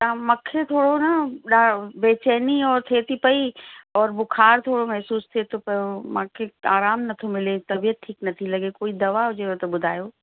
तव्हां मूंखे थोरो न ड बेचैनी ऐं थिए थी पई और बुखार थोरो महिसूसु थिए थो पियो मूंखे आराम नथो मिले तबियतु ठीकु नथी लॻे कोई दवा हुजेव त ॿुधायो